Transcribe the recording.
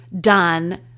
done